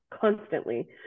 constantly